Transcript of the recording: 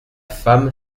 femme